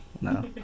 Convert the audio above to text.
No